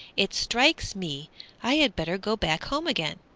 it strikes me i had better go back home again.